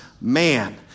man